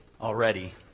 already